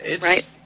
Right